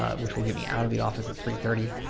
ah which will get me out of the office at three thirty.